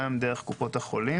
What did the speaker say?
גם דרך קופות החולים.